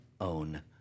own